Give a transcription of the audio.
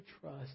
trust